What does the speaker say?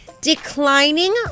declining